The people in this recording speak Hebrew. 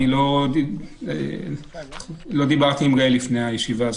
לא דיברתי עם גאל לפני הישיבה הזאת,